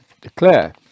declare